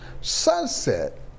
Sunset